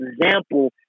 example